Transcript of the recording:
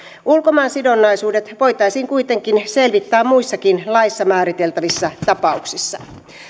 ulkomaansidonnaisuudet voitaisiin kuitenkin selvittää muissakin laissa määriteltävissä tapauksissa